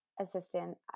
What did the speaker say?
assistant